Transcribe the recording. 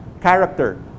character